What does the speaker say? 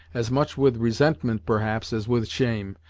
as much with resentment, perhaps, as with shame,